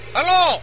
Hello